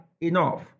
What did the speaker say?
enough